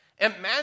Imagine